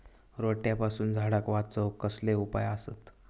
रोट्यापासून झाडाक वाचौक कसले उपाय आसत?